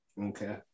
Okay